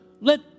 let